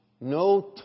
No